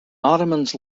ottomans